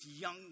young